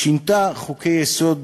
שינתה חוקי-יסוד,